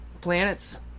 planets